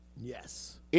Yes